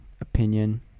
opinion